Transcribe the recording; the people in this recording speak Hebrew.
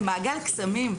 זה מעגל קסמים.